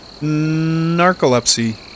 narcolepsy